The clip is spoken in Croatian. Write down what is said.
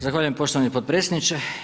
Zahvaljujem poštovani potpredsjedniče.